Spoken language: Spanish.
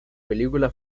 película